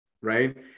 Right